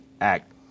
act